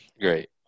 Great